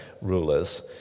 rulers